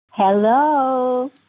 Hello